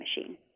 machine